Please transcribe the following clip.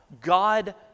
god